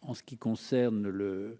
en ce qui concerne le